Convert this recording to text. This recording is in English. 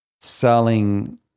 selling